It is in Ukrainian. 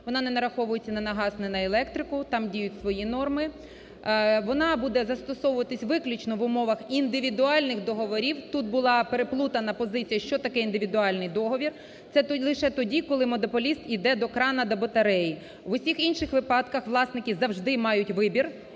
вона не нараховується ні на газ, ні на електрику, там діють свої норми, вона буде застосовуватися виключно в умовах індивідуальних договорів. Тут була переплутана позиція що таке індивідуальний договір? Це лише тоді, коли монополіст іде до крану, до батареї, в усіх інших випадках власники завжди мають вибір